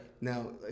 now